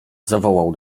zawołał